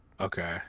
Okay